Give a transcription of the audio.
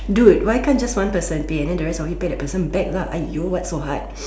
dude why can't just one person pay then the rest of you just pay the person back lah !aiyo! what's so hard